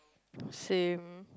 same